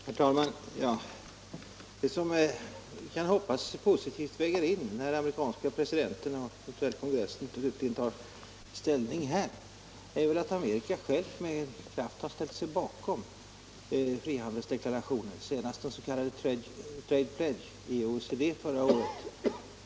Herr talman! Det som vi kan hoppas väger tungt i vågskålen när den amerikanska presidenten och sedan kongressen tar ställning härvidlag är väl att Amerikas förenta stater själva med kraft har ställt sig bakom frihandelsdeklarationen, senast i den s.k. Trade Pledge i OECD förra året.